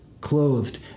clothed